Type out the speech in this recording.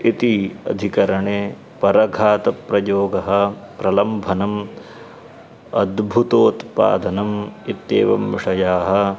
इति अधिकरणे परघातप्रयोगः प्रलम्भनम् अद्भुतोत्पादनम् इत्येवं विषयाः